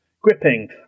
gripping